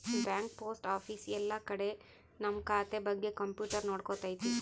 bank post office ಎಲ್ಲ ಕಡೆ ನಮ್ ಖಾತೆ ಬಗ್ಗೆ ಕಂಪ್ಯೂಟರ್ ನೋಡ್ಕೊತೈತಿ